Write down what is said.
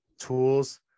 tools